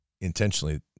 intentionally